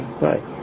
Right